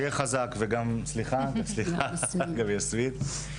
סליחה, גם יסמין.